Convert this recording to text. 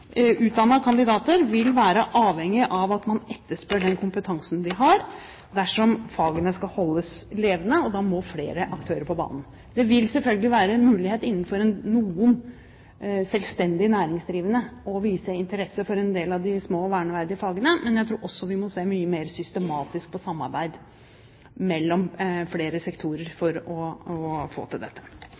kandidater vil være avhengige av at man etterspør den kompetansen de har, dersom fagene skal holdes levende, og da må flere aktører på banen. Det vil selvfølgelig være en mulighet for noen selvstendig næringsdrivende å vise interesse for en del av de små og verneverdige fagene, men jeg tror også vi må se mye mer systematisk på samarbeid mellom flere sektorer for å få til dette.